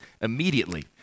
immediately